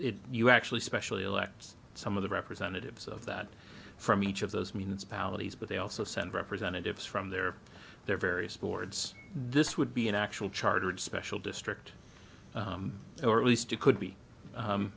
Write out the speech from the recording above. if you actually specially elects some of the representatives of that from each of those means polities but they also send representatives from there their various boards this would be an actual chartered special district or at least it could be